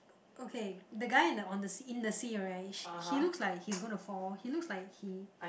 okay the guy in the on the sea in the sea right she he looks like he's gonna fall he looks like he